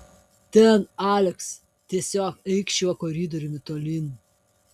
ten aleks tiesiog eik šiuo koridoriumi tolyn